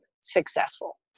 successful